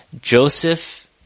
Joseph